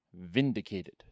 Vindicated